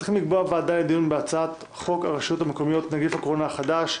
ועדה לדיון בהצעת חוק הרשויות המקומיות (הוראת שעה נגיף קורונה החדש),